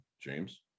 James